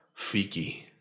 Fiki